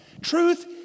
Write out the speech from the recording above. Truth